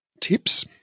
tips